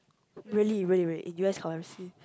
really really really in U_S currency